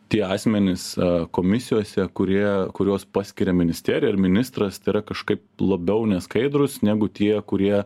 tie asmenys komisijose kurie kuriuos paskiria ministerija ar ministras tai yra kažkaip labiau neskaidrūs negu tie kurie